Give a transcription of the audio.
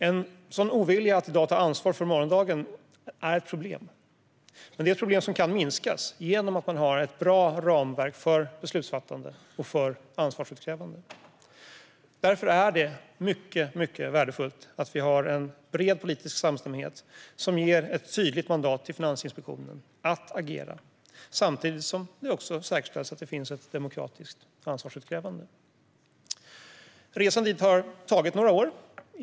En sådan ovilja att i dag ta ansvar för morgondagen är ett problem. Men det är ett problem som kan minskas genom att man har ett bra ramverk för beslutsfattande och ansvarsutkrävande. Det är därför mycket värdefullt att vi har en bred politisk samstämmighet som ger ett tydligt mandat till Finansinspektionen att agera samtidigt som vi säkerställer att det finns ett demokratiskt ansvarsutkrävande. Resan dit har tagit några år.